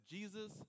Jesus